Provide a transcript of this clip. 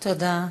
תודה.